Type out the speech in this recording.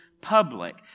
public